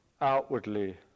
outwardly